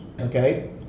okay